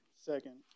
Second